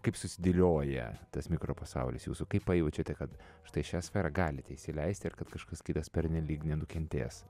kaip susidėlioja tas mikropasaulis jūsų kaip pajaučiate kad štai šią sferą galite įsileisti ir kad kažkas kitas pernelyg nenukentės